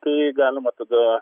tai galima tada